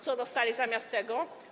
Co dostali zamiast tego?